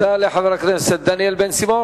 תודה לחבר הכנסת דניאל בן-סימון.